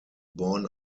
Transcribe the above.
born